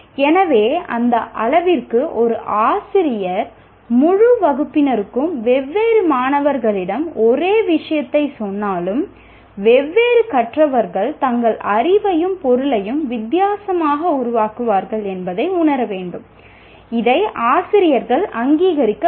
எனவே அந்த அளவிற்கு ஒரு ஆசிரியர் முழு வகுப்பினருக்கும் வெவ்வேறு மாணவர்களிடம் ஒரே விஷயத்தைச் சொன்னாலும் கற்பவர்கள் தங்கள் அறிவையும் பொருளையும் வித்தியாசமாக உருவாக்குவார்கள் என்பதை உணர வேண்டும் இதை ஆசிரியர்கள் அங்கீகரிக்க வேண்டும்